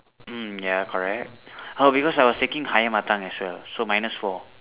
mm ya correct oh because I was taking higher mother tongue as well so minus four